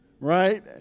Right